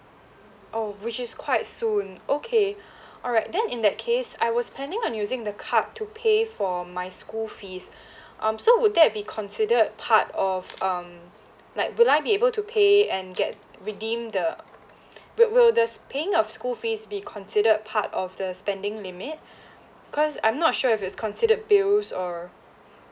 oh which is quite soon okay alright then in that case I was planning on using the card to pay for my school fees um so would that be considered part of um like would I be able to pay and get redeem the will will the s~ paying of school fees be considered part of the spending limit cause I'm not sure if it's considered bills or